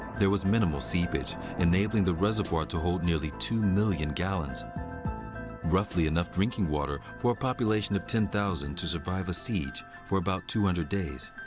there was minimal seepage, enabling the reservoir to hold nearly two million gallons roughly enough drinking water for a population of ten thousand to survive a siege for about two hundred days.